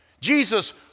Jesus